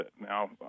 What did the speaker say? Now